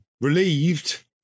relieved